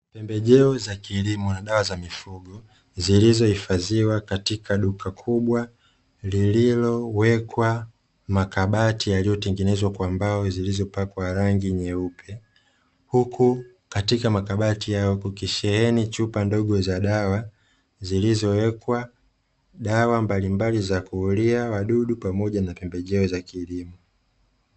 Pembejeo za kilimo na dawa za mifugo zilizohifadhiwa katika duka kubwa, lililowekwa makabati yaliyotengenezwa kwa mbao zilizopakwa rangi nyeupe; huku katika makabati hayo kukisheheni chupa ndogo za dawa, zilizowekwa dawa mbalimbali za kuulia wadudu, pamoja na pembejeo za kilimo.